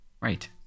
right